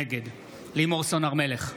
נגד לימור סון הר מלך,